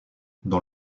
dans